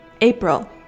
April